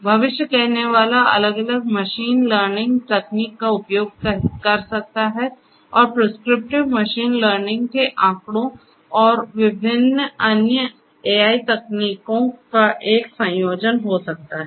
भविष्य कहनेवाला अलग अलग मशीन लर्निंग तकनीक का उपयोग कर सकता है और प्रिस्क्रिप्टिव मशीन लर्निंग के आंकड़ों और विभिन्न अन्य एआई तकनीकों का एक संयोजन हो सकता है